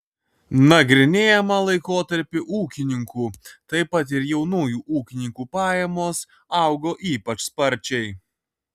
nagrinėjamą laikotarpį ūkininkų taip pat ir jaunųjų ūkininkų pajamos augo ypač sparčiai